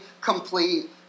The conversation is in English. complete